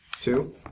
Two